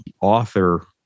author